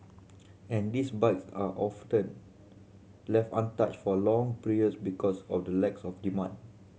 and these bikes are often left untouched for long periods because of the lacks of demand